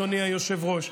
אדוני היושב-ראש.